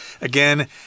Again